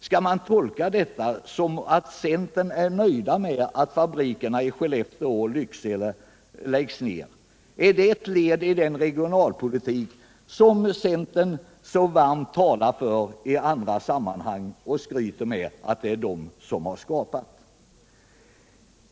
Skall det tolkas så att man inom centern är nöjd med att fabrikerna i Skellefteå och Lycksele läggs ned? Är det ett led i den regionalpolitik som ni i centern talar för så varmt i andra sammanhang och som ni skryter med att ha skapat?